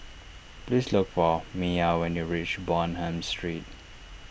please look for Miah when you reach Bonham Street